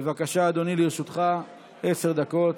בבקשה, אדוני, לרשותך עשר דקות.